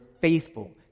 faithful